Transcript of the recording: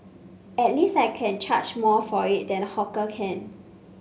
at least I can charge more for it than hawker can